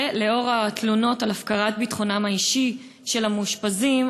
2. לנוכח התלונות על הפקרת ביטחונם האישי של המאושפזים,